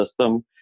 system